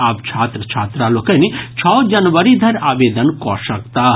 आब छात्र छात्रा लोकनि छओ जनवरी धरि आवेदन कऽ सकताह